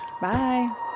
Bye